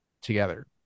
together